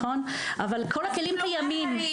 זה נכון, אבל כל הכלים קיימים.